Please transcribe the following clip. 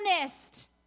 earnest